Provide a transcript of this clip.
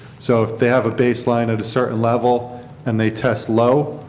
so if they have a baseline at a certain level and they test low,